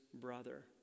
brother